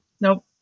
Nope